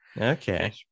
okay